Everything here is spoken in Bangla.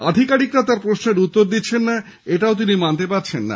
আধিকারিকরা তার প্রশ্নের জবাব দিচ্ছেন না এটা তিনি মানতে পারছেন না